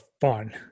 fun